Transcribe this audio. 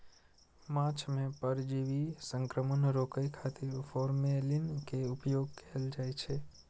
माछ मे परजीवी संक्रमण रोकै खातिर फॉर्मेलिन के उपयोग कैल जाइ छै